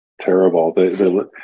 terrible